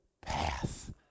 path